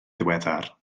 ddiweddar